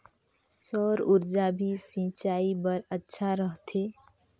सौर ऊर्जा भी सिंचाई बर अच्छा रहथे?